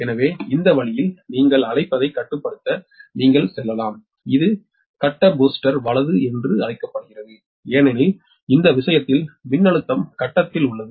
எனவே இந்த வழியில் நீங்கள் அழைப்பதை கட்டுப்படுத்த நீங்கள் செல்லலாம் இது கட்ட பூஸ்டர் வலது என்று அழைக்கப்படுகிறது ஏனெனில் இந்த விஷயத்தில் மின்னழுத்தம் கட்டத்தில் உள்ளது